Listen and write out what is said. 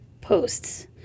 posts